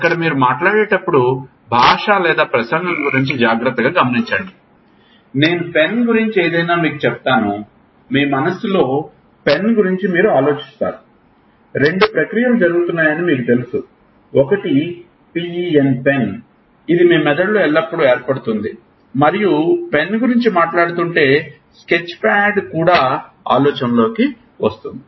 అక్కడ మీరు మాట్లాడే టప్పుడు భాష లేదా ప్రసంగం గురించి జాగ్రత్తగా గమనించండి నేను పెన్ గురించి ఏదైనా మీకు చెప్తాను మీ మనస్సులోని పెన్ గురించి మీరు ఆలోచిస్తారు రెండు ప్రక్రియలు జరుగుతున్నాయని మీకు తెలుసు ఒకటి PEN ఇది మీ మెదడులో ఎల్లప్పుడూ ఏర్పడుతుంది మరియు పెన్ గురించి మాట్లాడుతుంటే స్కెచ్ప్యాడ్ కూడా ఆలోచనలోకి వస్తుంది